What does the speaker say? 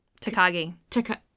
Takagi